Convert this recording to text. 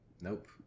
nope